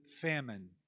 famine